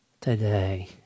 today